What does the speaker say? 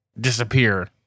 disappear